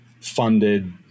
funded